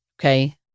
okay